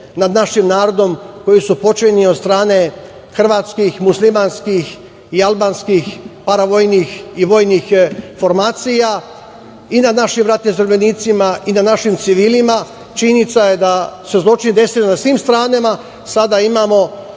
nad našim narodom koji su počinjeni od strane hrvatskih, muslimanskih i albanskih paravojnih i vojnih formacija i nad našim ratnim zarobljenicima i nad našim civilima. Činjenica je da se zločin desio na svim stranama. Sada imamo